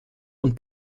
und